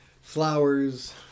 Flowers